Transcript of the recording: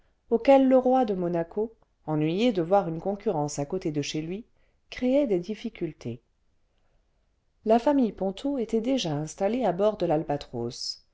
auxquels le roi de monaco ennuyé de voir une concurrence à côté de chez lui créait des difficultés la famille ponto était déjà installée à bord de